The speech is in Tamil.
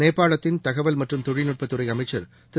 நேபாளத்தின் தகவல் மற்றும் தொழில்நுட்பத் துறை அமைச்சர் திரு